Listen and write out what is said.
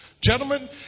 Gentlemen